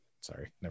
Sorry